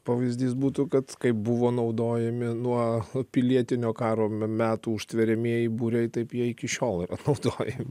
pavyzdys būtų kad kai buvo naudojami nuo pilietinio karo me metų užtveriamieji būriai taip jie iki šiol yra naudojami